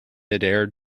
midair